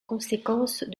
conséquence